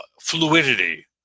fluidity